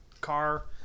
car